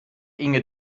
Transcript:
inge